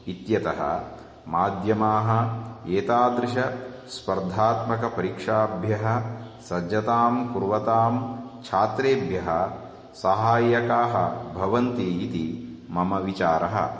इत्यतः माध्यमाः एतादृशस्पर्धात्मकपरीक्षाभ्यः सज्जतां कुर्वद्भ्यः छात्रेभ्यः सहायकाः भवन्ति इति मम विचारः